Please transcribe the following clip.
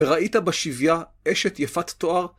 ראית בשבייה אשת יפת תואר?